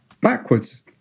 backwards